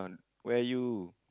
where are you